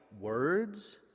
words